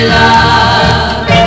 love